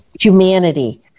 humanity